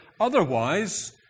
Otherwise